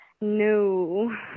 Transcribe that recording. No